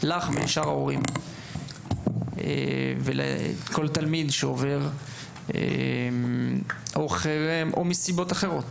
לך ולשאר ההורים ולכל תלמיד שעובר חרם או מסיבות אחרות,